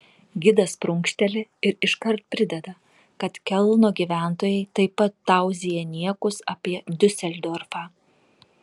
gidas prunkšteli ir iškart prideda kad kelno gyventojai taip pat tauzija niekus apie diuseldorfą